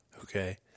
okay